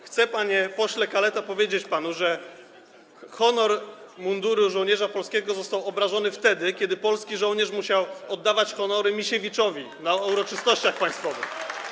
Chcę, panie pośle Kaleta, powiedzieć panu, że mundur żołnierza polskiego został obrażony wtedy, kiedy polski żołnierz musiał oddawać honory Misiewiczowi na uroczystościach państwowych.